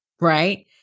right